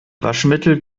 waschmittel